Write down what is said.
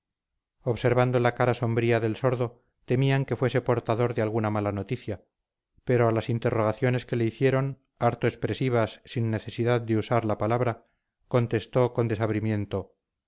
observando la cara sombría del sordo temían que fuese portador de alguna mala noticia pero a las interrogaciones que le hicieron harto expresivas sin necesidad de usar la palabra contestó con desabrimiento